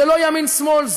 זה לא ימין שמאל,